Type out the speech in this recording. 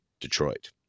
Detroit